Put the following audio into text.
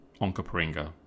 Onkaparinga